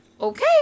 okay